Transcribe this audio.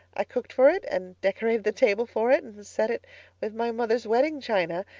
i cooked for it. and decorated the table for it. and set it with my mother's wedding china.